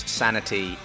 sanity